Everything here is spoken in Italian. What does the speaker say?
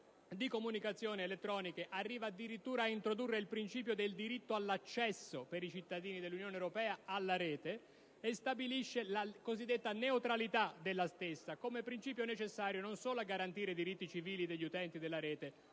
di comunicazioni elettroniche arriva addirittura ad introdurre il principio del diritto all'accesso alla rete per i cittadini dell'Unione europea, stabilendo la cosiddetta neutralità della stessa come principio necessario non solo a garantire i diritti civili degli utenti della rete